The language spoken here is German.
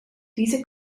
diese